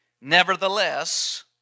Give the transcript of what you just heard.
Nevertheless